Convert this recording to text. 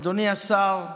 אדוני השר,